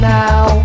now